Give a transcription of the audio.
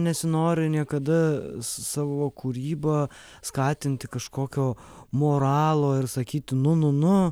nesinori niekada savo kūryba skatinti kažkokio moralo ir sakyt nu nu nu